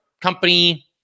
company